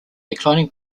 declining